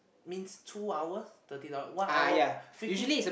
means two hours thirty dollar one hour fifty